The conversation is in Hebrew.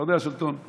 צפרדע של טון,